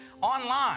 online